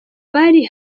bari